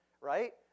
right